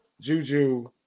Juju